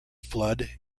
flood